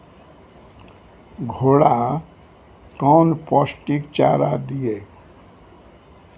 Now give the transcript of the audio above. घोड़ा कौन पोस्टिक चारा दिए?